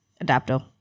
Adapter